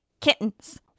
kittens